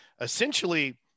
Essentially